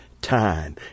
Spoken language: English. Time